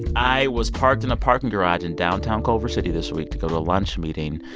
i was parked in a parking garage in downtown culver city this week to go to a lunch meeting.